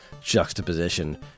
juxtaposition